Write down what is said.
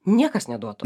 niekas neduotų